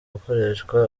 gukoreshwa